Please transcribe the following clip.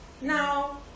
Now